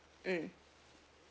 mm